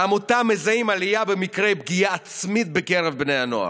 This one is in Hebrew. בעמותה מזהים עלייה במקרי פגיעה עצמית בקרב בני הנוער,